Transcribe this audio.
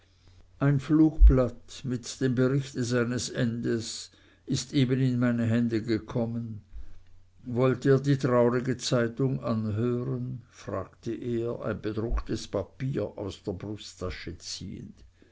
ein flugblatt mit dem berichte seines endes ist eben in meine hände gekommen wollt ihr die traurige zeitung anhören fragte er ein bedrucktes papier aus der brusttasche ziehend